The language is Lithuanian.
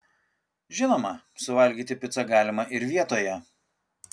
žinoma suvalgyti picą galima ir vietoje